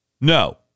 No